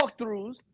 walkthroughs